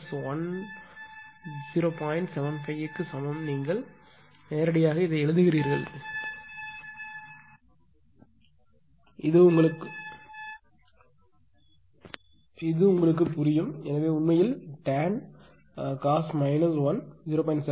75 க்கு சமம் நீங்கள் நேரடியாக எழுதுகிறீர்கள் இது உங்களுக்கு புரியும் எனவே உண்மையில் டான் cos − 1 0